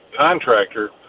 contractor